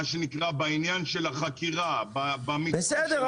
מה שנקרא בעניין של החקירה --- בסדר,